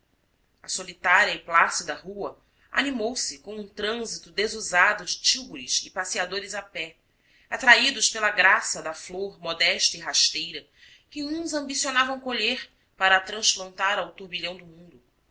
a solitária e plácida rua animou-se com um trânsito desusado de tílburis e passeadores a pé atraídos pela graça da flor modesta e rasteira que uns ambicionavam colher para a transplantar ao turbilhão do mundo